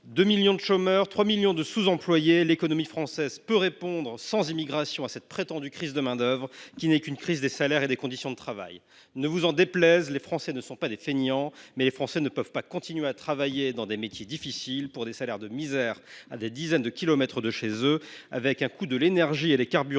2 millions de chômeurs et 3 millions de sous employés, l’économie française peut répondre sans immigration à cette prétendue crise de main d’œuvre qui n’est qu’une crise des salaires et des conditions de travail. Ne vous en déplaise, les Français ne sont pas des fainéants, mais ils ne peuvent continuer à exercer des métiers difficiles pour des salaires de misère à des dizaines de kilomètres de chez eux, alors que le coût de l’énergie et des carburants